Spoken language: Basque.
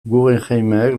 guggenheimek